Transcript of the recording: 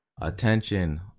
Attention